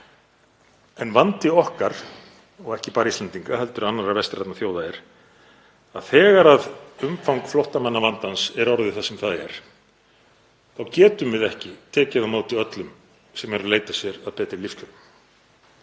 En vandi okkar og ekki bara Íslendinga heldur annarra vestrænna þjóða er að þegar umfang flóttamannavandans er orðið það sem það er þá getum við ekki tekið á móti öllum sem eru að leita sér að betri lífskjörum.